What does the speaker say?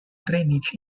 drainage